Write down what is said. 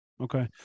okay